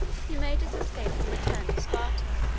he made his escape and returned to sparta.